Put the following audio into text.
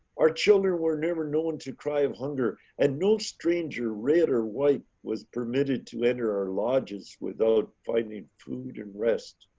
our children were never known to cry of hunger and no stranger red or white was permitted to enter our lodges without finding food and rest.